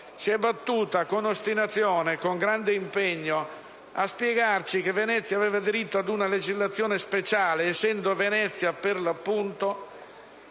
si è battuta con ostinazione e con grande impegno per spiegarci che Venezia aveva diritto ad una legislazione speciale, essendo il porto di Venezia, per l'appunto,